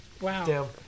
Wow